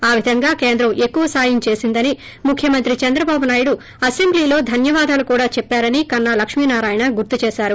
ఆ విధంగా కేంద్రం ఎక్కువ ్ సాయం ొచేసిందని ముఖ్యమంత్రి చంద్రబాబునాయుడు అసెంబ్లీలో ధన్వవాదాలు కూడా చెప్పారని కన్నా లక్ష్మీ నారాయణ గుర్గు చేసారు